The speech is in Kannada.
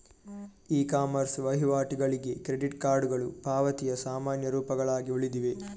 ಇ ಕಾಮರ್ಸ್ ವಹಿವಾಟುಗಳಿಗೆ ಕ್ರೆಡಿಟ್ ಕಾರ್ಡುಗಳು ಪಾವತಿಯ ಸಾಮಾನ್ಯ ರೂಪಗಳಾಗಿ ಉಳಿದಿವೆ